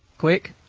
quick!